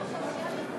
(קוראת בשמות